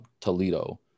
Toledo